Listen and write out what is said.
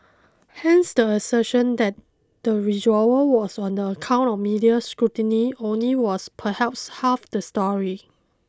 hence the assertion that the withdrawal was on the account of media scrutiny only was perhaps half the story